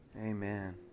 Amen